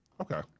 okay